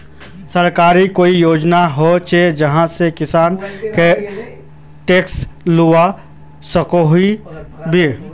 सरकारी कोई योजना होचे जहा से किसान ट्रैक्टर लुबा सकोहो होबे?